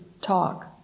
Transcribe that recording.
talk